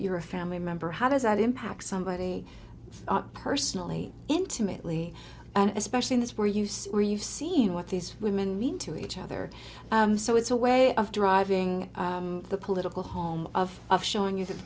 you're a family member how does that impact somebody personally intimately and especially in this where you see where you've seen what these women mean to each other so it's a way of driving the political home of of showing